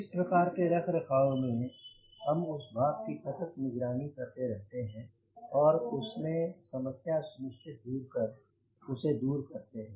इस प्रकार के रखरखाव में हम उस भाग की सतत निगरानी करते रहते हैं और उस में समस्या सुनिश्चित कर उसे दूर करते रहते हैं